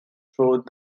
through